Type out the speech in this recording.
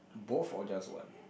both or just one